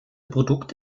produkt